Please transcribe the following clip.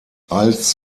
als